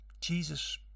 Jesus